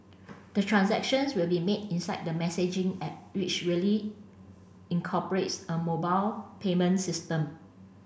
the transactions will be made inside the messaging app which really incorporates a mobile payment system